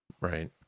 Right